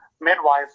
midwife